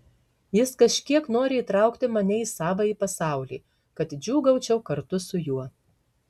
jis kažkiek nori įtraukti mane į savąjį pasaulį kad džiūgaučiau kartu su juo